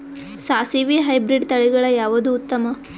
ಸಾಸಿವಿ ಹೈಬ್ರಿಡ್ ತಳಿಗಳ ಯಾವದು ಉತ್ತಮ?